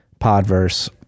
Podverse